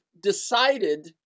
decided